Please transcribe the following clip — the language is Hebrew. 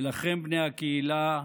ולכם, בני הקהילה,